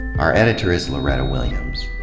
our editor is loretta williams.